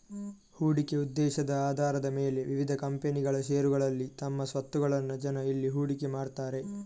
ಹೂಡಿಕೆ ಉದ್ದೇಶದ ಆಧಾರದ ಮೇಲೆ ವಿವಿಧ ಕಂಪನಿಗಳ ಷೇರುಗಳಲ್ಲಿ ತಮ್ಮ ಸ್ವತ್ತುಗಳನ್ನ ಜನ ಇಲ್ಲಿ ಹೂಡಿಕೆ ಮಾಡ್ತಾರೆ